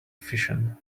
fission